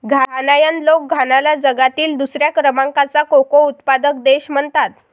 घानायन लोक घानाला जगातील दुसऱ्या क्रमांकाचा कोको उत्पादक देश म्हणतात